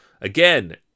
Again